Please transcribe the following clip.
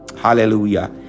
Hallelujah